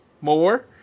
more